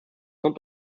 not